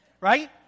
right